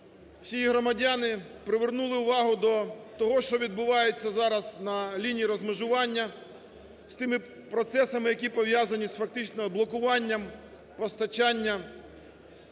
її громадяни привернули увагу до того, що відбувається зараз на лінії розмежування з тими процесами, які пов'язані з фактично блокуванням постачання